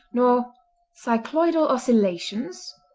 nor cycloidal oscillations,